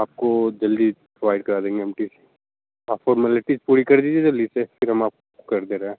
आपको जल्दी प्रोभैड करा देंगे हम टि सी आप फौरमेलिटीज़ पूरी कर दीजिए जल्दी से फिर हम आप कर दे रहें